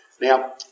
now